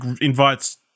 invites